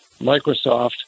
Microsoft